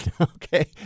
Okay